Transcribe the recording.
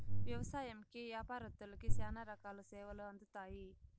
వ్యవసాయంకి యాపారత్తులకి శ్యానా రకాల సేవలు అందుతాయి